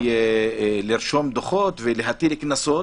לרשום דוחות ולהטיל קנסות,